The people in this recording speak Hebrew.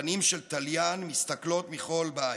ופנים של תליין מסתכלות מכל בית,